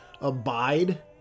abide